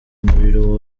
umuriro